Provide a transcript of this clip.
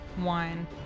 wine